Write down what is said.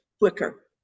quicker